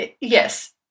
yes